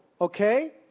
Okay